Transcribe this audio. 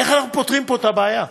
איך אנחנו פותרים פה את הבעיה?